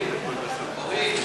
מסכים.